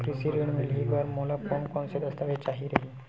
कृषि ऋण मिलही बर मोला कोन कोन स दस्तावेज चाही रही?